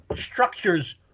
structures